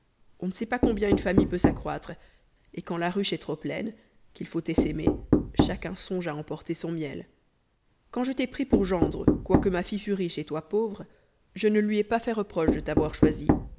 on ne sait pas combien une famille peut s'accroître et quand la ruche est trop pleine qu'il faut essaimer chacun songe à emporter son miel quand je t'ai pris pour gendre quoique ma fille fût riche et toi pauvre je ne lui ai pas fait reproche de t'avoir choisi